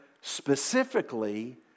specifically